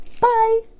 Bye